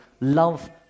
love